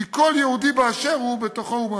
כי כל יהודי באשר הוא, בתוכו הוא מאמין.